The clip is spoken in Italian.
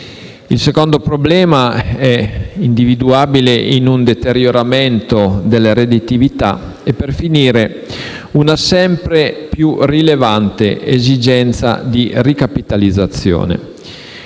il secondo problema è individuabile in un deterioramento della redditività e, per finire, c'è una sempre più rilevante esigenza di ricapitalizzazione.